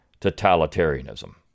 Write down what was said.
totalitarianism